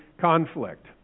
conflict